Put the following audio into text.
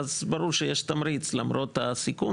ואז ברור שיש תמריץ, למרות הסיכון.